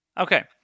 Okay